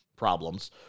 problems